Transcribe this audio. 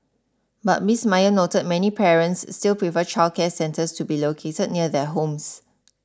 but Miss Maya noted many parents still prefer childcare centres to be located near their homes